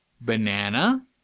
Banana